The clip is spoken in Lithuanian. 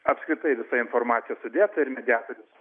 apskritai visa informacija sudėta ir mediatorius